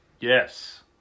Yes